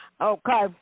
Okay